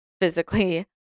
physically